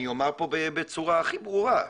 אני אומר פה בצורה הכי ברורה,